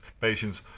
patients